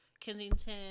Kensington